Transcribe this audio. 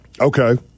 Okay